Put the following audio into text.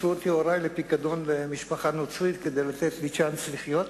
מסרו אותי הורי לפיקדון למשפחה נוצרית כדי לתת לי צ'אנס לחיות.